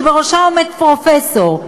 שבראשה עומד פרופסור,